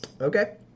okay